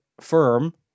firm